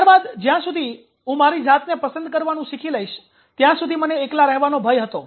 ત્યાર બાદ જ્યાં સુધી હું મારી જાતને પસંદ કરવાનું શીખી લઇશ ત્યાં સુધી મને એકલા રહેવાનો ભય હતો